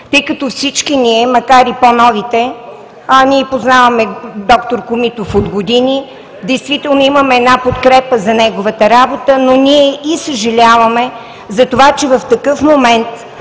тъй като всички ние, макар и по-нови, познаваме д-р Комитов от години. Действително имаме една подкрепа за неговата работа, но ние и съжаляваме, че в такъв момент,